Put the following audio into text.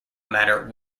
matter